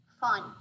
fun